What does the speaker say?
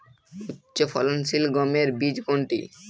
উচ্চফলনশীল গমের বীজ কোনটি?